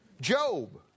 Job